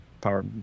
power